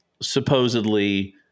supposedly